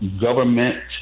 government